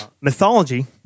mythology